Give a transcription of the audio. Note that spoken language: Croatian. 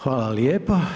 Hvala lijepa.